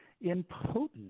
impotent